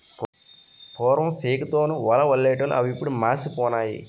పూర్వం సేకు తోని వలలల్లెటూళ్లు అవిప్పుడు మాసిపోనాయి